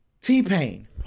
T-Pain